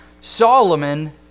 Solomon